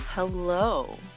Hello